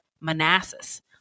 Manassas